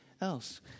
else